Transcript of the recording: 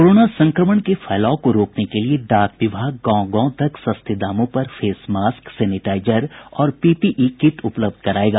corona संक्रमण के फैलाव को रोकने के लिए डाक विभाग गांव गांव तक सस्ते दामों पर फेस मास्क सैनेटाईजर और पीपीई कीट उपलब्ध करायेगा